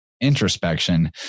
introspection